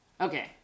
Okay